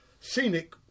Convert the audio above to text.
Scenic